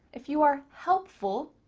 if you are helpful,